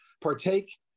partake